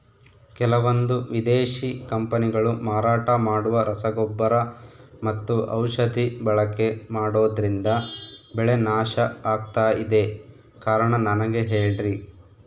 ಕೆಲವಂದು ವಿದೇಶಿ ಕಂಪನಿಗಳು ಮಾರಾಟ ಮಾಡುವ ರಸಗೊಬ್ಬರ ಮತ್ತು ಔಷಧಿ ಬಳಕೆ ಮಾಡೋದ್ರಿಂದ ಬೆಳೆ ನಾಶ ಆಗ್ತಾಇದೆ? ಕಾರಣ ನನಗೆ ಹೇಳ್ರಿ?